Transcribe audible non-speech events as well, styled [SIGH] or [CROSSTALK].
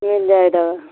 [UNINTELLIGIBLE]